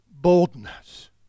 boldness